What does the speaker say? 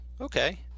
okay